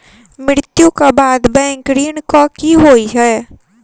मृत्यु कऽ बाद बैंक ऋण कऽ की होइ है?